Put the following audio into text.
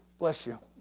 bless you.